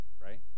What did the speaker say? right